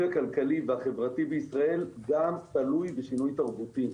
הכלכלי והחברתי בישראל תלוי גם בשינוי תרבותי.